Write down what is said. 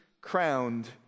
crowned